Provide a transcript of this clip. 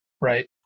Right